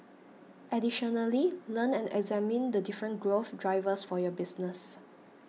additionally learn and examine the different growth drivers for your business